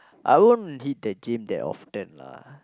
I won't hit the gym that often lah